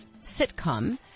sitcom